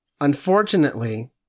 unfortunately